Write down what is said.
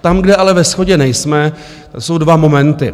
Tam, kde ale ve shodě nejsme, jsou dva momenty.